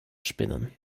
spinnen